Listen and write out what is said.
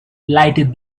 lighted